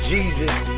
Jesus